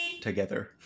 together